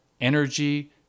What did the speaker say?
energy